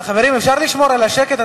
חברים, אפשר לשמור על השקט?